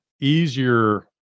easier